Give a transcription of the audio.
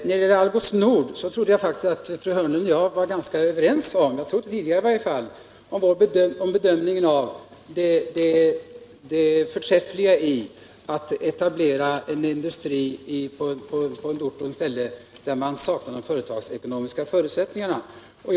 När det gäller Algots Nord AB trodde jag faktiskt att fru Hörnlund och jag var ganska överens om bedömningen av etablering av en industri på ett ställe, där de företagsekonomiska förutsättningarna saknas.